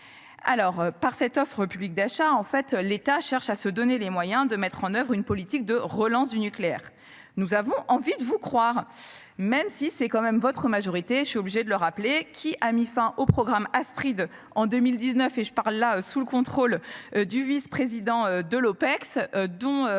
par cette offre publique d'achat, en fait, l'État cherche à se donner les moyens de mettre en oeuvre une politique de relance du nucléaire. Nous avons envie de vous croire, même si c'est quand même votre majorité, je suis obligé de le rappeler, qui a mis fin au programme Astrid en 2019 et je parle là sous le contrôle du vice- président de l'Opecst